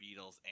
Beatles